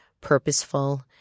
purposeful